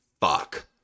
fuck